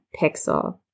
pixel